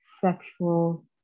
sexual